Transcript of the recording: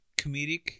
comedic